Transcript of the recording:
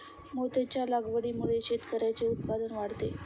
मोत्यांच्या लागवडीमुळे शेतकऱ्यांचे उत्पन्न वाढते